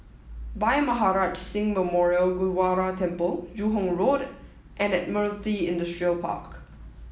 Bhai Maharaj Singh Memorial Gurdwara Temple Joo Hong Road and Admiralty Industrial Park